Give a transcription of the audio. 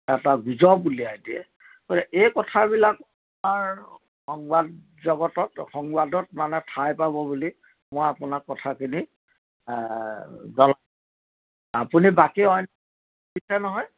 এটা উলিয়াই দিয়ে এই কথাবিলাক আপোনাৰ সংবাদ জগতত সংবাদত মানে ঠাই পাব বুলি মই আপোনাক কথাখিনি জনাই আপুনি বাকী অইন